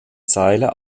zeile